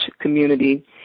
community